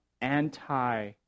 anti